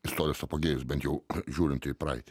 istorijos apogėjus bent jau žiūrint į praeitį